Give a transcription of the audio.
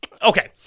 Okay